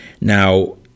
Now